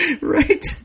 Right